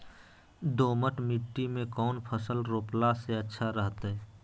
दोमट मिट्टी में कौन फसल रोपला से अच्छा रहतय?